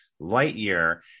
Lightyear